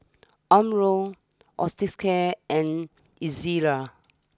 Omron and Ezerra